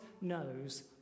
knows